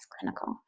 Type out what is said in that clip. clinical